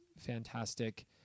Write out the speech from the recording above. fantastic